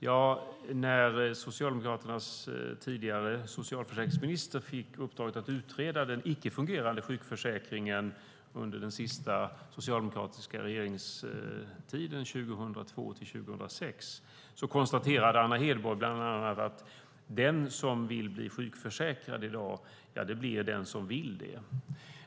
Ja, när Socialdemokraternas tidigare socialförsäkringsminister Anna Hedborg fick uppdraget att utreda den icke fungerande sjukförsäkringen under den senaste socialdemokratiska regeringstiden 2002-2006 konstaterade hon bland annat att den som ville bli sjukförsäkrad blev det.